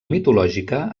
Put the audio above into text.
mitològica